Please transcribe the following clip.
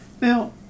Now